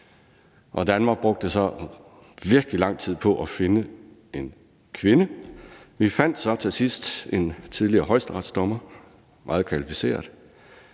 Danmark brugte så virkelig lang tid på at finde en kvinde. Vi fandt så til sidst en tidligere højesteretsdommer, meget kvalificeret.